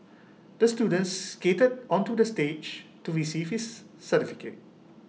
the student skated onto the stage to receive his certificate